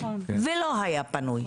ולא היה פנוי,